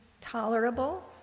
tolerable